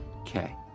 Okay